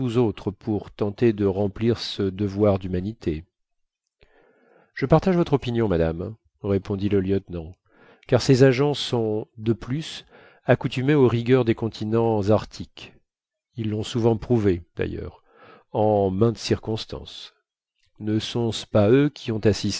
autres pour tenter de remplir ce devoir d'humanité je partage votre opinion madame répondit le lieutenant car ces agents sont de plus accoutumés aux rigueurs des continents arctiques ils l'ont souvent prouvé d'ailleurs en mainte circonstance ne sont-ce pas eux qui ont assisté